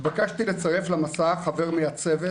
התבקשתי לצרף למסע חבר מהצוות